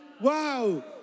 Wow